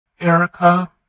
Erica